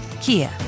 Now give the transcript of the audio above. Kia